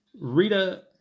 Rita